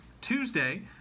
Tuesday